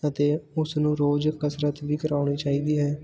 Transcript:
ਅਤੇ ਉਸ ਨੂੰ ਰੋਜ਼ ਕਸਰਤ ਵੀ ਕਰਵਾਉਣੀ ਚਾਹੀਦੀ ਹੈ